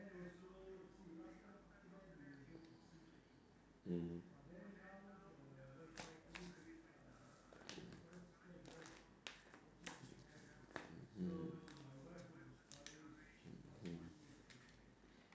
mm mm mmhmm